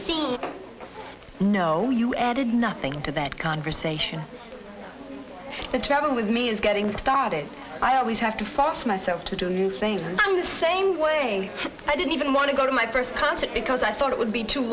seen no you added nothing to that conversation the trouble with me is getting started i always have to force myself to do new things and i'm the same way i didn't even want to go to my first concert because i thought it would be too